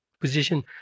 position